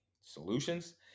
solutions